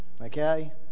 Okay